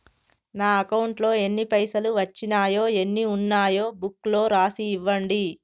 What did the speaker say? నా అకౌంట్లో ఎన్ని పైసలు వచ్చినాయో ఎన్ని ఉన్నాయో బుక్ లో రాసి ఇవ్వండి?